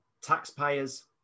taxpayers